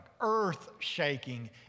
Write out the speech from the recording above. earth-shaking